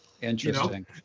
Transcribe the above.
Interesting